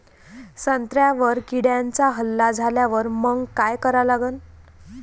संत्र्यावर किड्यांचा हल्ला झाल्यावर मंग काय करा लागन?